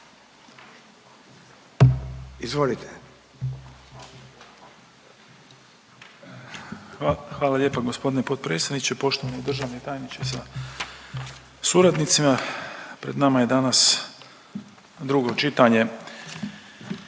(SDP)** Hvala lijepa g. potpredsjedniče. Poštovani državni tajniče sa suradnicima, pred nama je danas drugo čitanje